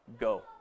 go